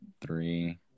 three